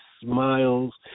smiles –